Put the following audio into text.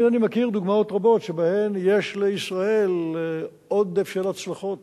אני אינני מכיר דוגמאות רבות שבהן יש לישראל עודף של הצלחות